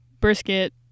brisket